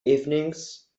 evenings